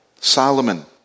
Solomon